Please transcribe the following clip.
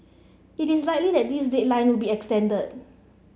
it is likely that this deadline would be extended